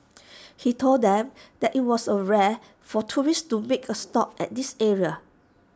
he told them that IT was rare for tourists to make A stop at this area